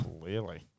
clearly